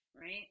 right